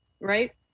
right